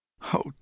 Oh